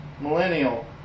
Millennial